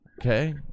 okay